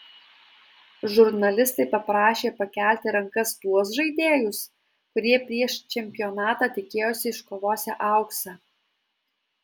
žurnalistai paprašė pakelti rankas tuos žaidėjus kurie prieš čempionatą tikėjosi iškovosią auksą